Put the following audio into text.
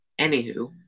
Anywho